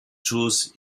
chose